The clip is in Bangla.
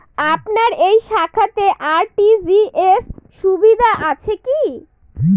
আপনার এই শাখাতে আর.টি.জি.এস সুবিধা আছে কি?